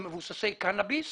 מבוססי קנאביס